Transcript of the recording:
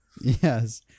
Yes